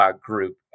group